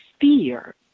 fear